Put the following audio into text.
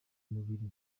mubiri